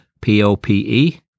P-O-P-E